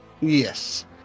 yes